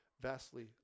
vastly